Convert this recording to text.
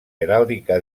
heràldica